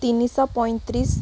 ତିନି ଶହ ପଇଁତିରିଶି